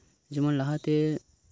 ᱡᱮᱢᱚᱱ ᱞᱟᱦᱟᱛᱮ